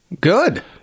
Good